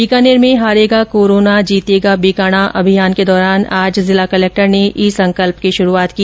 बीकानेर में हारेगा कोरोना जीतेगा बीकाणा अभियान के दौरान आज जिला कलेक्टर ने ई संकल्प की शुरूआत की